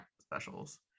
specials